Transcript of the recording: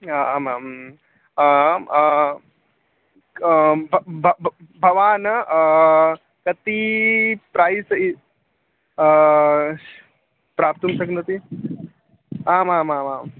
या आम् आम् आम् भवान् कति प्रैस् इ प्राप्तुं शक्नोति आमामामाम्